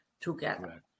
together